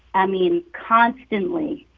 i mean, constantly,